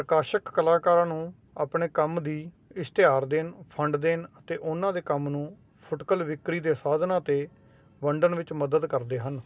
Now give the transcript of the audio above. ਪ੍ਰਕਾਸ਼ਕ ਕਲਾਕਾਰਾਂ ਨੂੰ ਆਪਣੇ ਕੰਮ ਦੀ ਇਸ਼ਤਿਹਾਰ ਦੇਣ ਫੰਡ ਦੇਣ ਅਤੇ ਉਨ੍ਹਾਂ ਦੇ ਕੰਮ ਨੂੰ ਫੁਟਕਲ ਵਿਕਰੀ ਦੇ ਸਾਧਨਾਂ 'ਤੇ ਵੰਡਣ ਵਿੱਚ ਮਦਦ ਕਰਦੇ ਹਨ